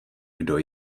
kdo